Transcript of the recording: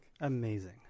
Amazing